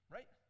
Right